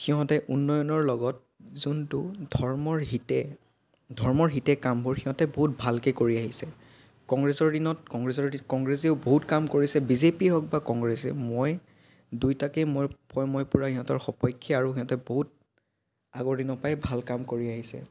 সিহঁতে উন্নয়নৰ লগত যোনটো ধৰ্মৰ হিতে ধৰ্মৰ হিতে কামবোৰ সিহঁতে বহুত ভালকৈ কৰি আহিছে কংগ্ৰেছৰ দিনত কংগ্ৰেছেও বহুত কাম কৰিছে বিজেপি হওক বা কংগ্ৰেছে মই দুয়োটাকে মই মই পুৰা সিহঁতৰ সপক্ষে আৰু সিহঁতে বহুত আগৰ দিনৰ পৰাই ভাল কাম কৰি আহিছে